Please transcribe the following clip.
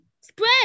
spread